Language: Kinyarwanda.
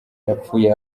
yapfuye